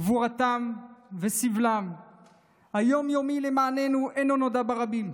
גבורתם וסבלם היום-יומי למעננו אינו נודע ברבים,